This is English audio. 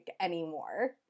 anymore